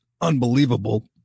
unbelievable